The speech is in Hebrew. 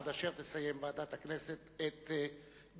עד אשר תסיים ועדת הכנסת את דיוניה.